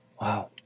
Wow